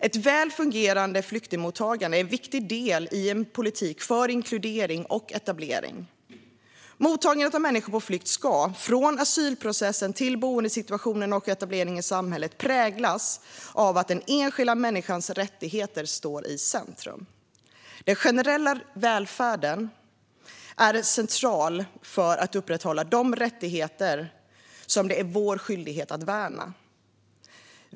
Ett väl fungerande flyktingmottagande är en viktig del i en politik för inkludering och etablering. Mottagandet av människor på flykt ska från asylprocessen till boendesituationen och etableringen i samhället präglas av att den enskilda människans rättigheter står i centrum. Den generella välfärden är central för att upprätthålla de rättigheter som det är vår skyldighet att värna.